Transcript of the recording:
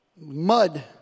Mud